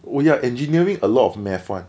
oh ya engineering a lot of math one